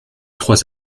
trois